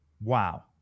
Wow